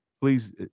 Please